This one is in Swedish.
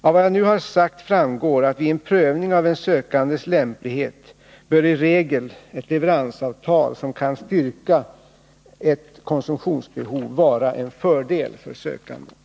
Av vad jag nu har sagt framgår att vid en prövning av en sökandes lämplighet bör i regel ett leveransavtal, som kan styrka ett konsumtionsbehov, vara en fördel för sökanden.